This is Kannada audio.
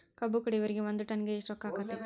ಕಬ್ಬು ಕಡಿಯುವರಿಗೆ ಒಂದ್ ಟನ್ ಗೆ ಎಷ್ಟ್ ರೊಕ್ಕ ಆಕ್ಕೆತಿ?